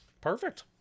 Perfect